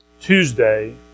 Tuesday